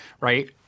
right